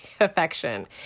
affection